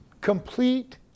Complete